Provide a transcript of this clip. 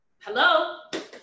Hello